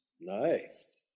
Nice